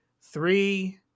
Three